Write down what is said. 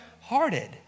hearted